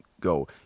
go